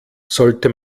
sollte